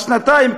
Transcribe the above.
לשנתיים,